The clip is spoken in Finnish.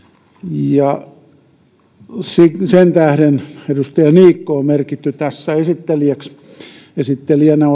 ja sen tähden edustaja niikko on merkitty tässä esittelijäksi esittelijänä